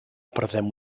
perdem